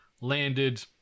landed